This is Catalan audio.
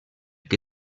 que